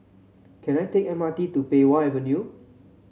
can I take M R T to Pei Wah Avenue